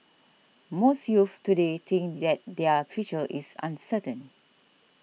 most youths today think that their future is uncertain